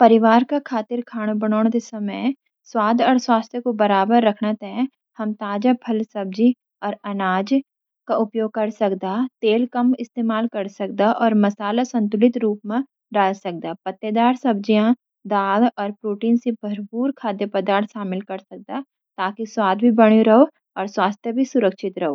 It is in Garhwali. परिवार के खाना बनौ दी समय स्वाद अर स्वास्थ्य को बराबर रखने के, आप ताजे फल, सब्ज़ियाँ अर पूरे अनाज का उपयोग कर सकदा। तेल कम इस्तेमाल करा, और मसाले संतुलित रूप सी डाला। पत्तेदार सब्ज़ियाँ, दाल, अर प्रोटीन से भरपूर खाद्य पदार्थ शामिल करा, ताकि स्वाद भी बने रहु और स्वास्थ्य भी सुरक्षित रहु।